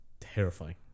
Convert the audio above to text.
terrifying